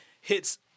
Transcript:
hits